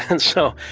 and so,